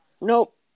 Nope